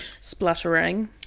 spluttering